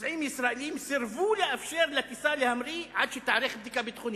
נוסעים ישראלים סירבו לאפשר לטיסה להמריא עד שתיערך בדיקה ביטחונית.